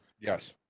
yes